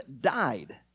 died